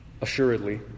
assuredly